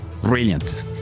Brilliant